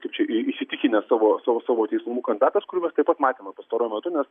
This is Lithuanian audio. kaip čia į įsitikinęs savo savo savo teisumu kandidatas kurių mes tap pat matėme pastaruoju metu nes